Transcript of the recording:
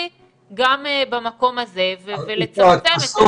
גם במקום הזה ולצמצם את ה --- יפעת,